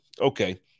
Okay